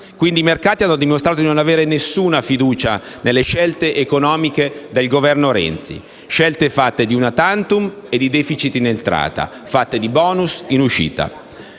Quindi, i mercati hanno dimostrato di non avere alcuna fiducia nelle scelte economiche del Governo Renzi, scelte fatte di *una tantum*, di *deficit* in entrata e di *bonus* in uscita.